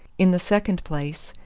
in the second place,